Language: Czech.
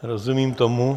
Rozumím tomu.